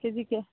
ꯀꯦ G ꯀꯌꯥ